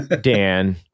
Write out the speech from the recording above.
Dan